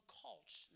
cults